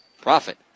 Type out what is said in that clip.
Profit